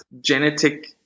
genetic